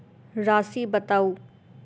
राशि बताउ